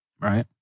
Right